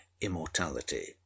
immortality